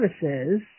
Services